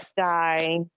die